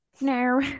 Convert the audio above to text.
No